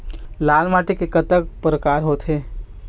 लाल माटी के कतक परकार होथे?